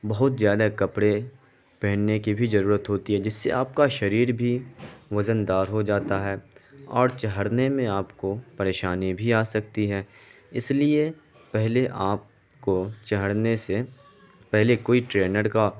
بہت زیادہ کپڑے پہننے کی بھی ضرورت ہوتی ہے جس سے آپ کا شریر بھی وزن دار ہو جاتا ہے اور چڑھنے میں آپ کو پریشانی بھی آ سکتی ہے اس لیے پہلے آپ کو چڑھنے سے پہلے کوئی ٹرینر کا